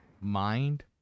Mind